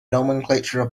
nomenclature